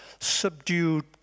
subdued